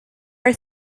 are